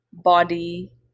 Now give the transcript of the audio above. body